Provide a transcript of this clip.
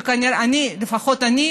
לפחות אני,